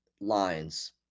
lines